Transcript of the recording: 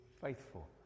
faithful